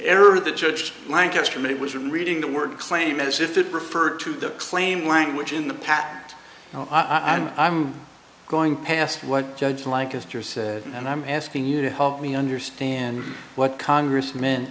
error that judge lancaster made was reading the word claim as if it referred to the claim language in the patent i'm going past what judge lancaster said and i'm asking you to help me understand what congressmen